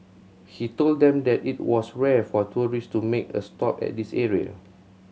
he told them that it was rare for tourist to make a stop at this area